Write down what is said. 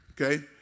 Okay